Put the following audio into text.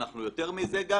יותר מזה,